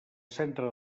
centre